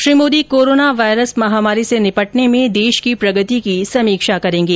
Shri Modi corona virus महामारी से निपटने में देश की प्रगति की समीक्षा करेंगे